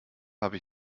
habe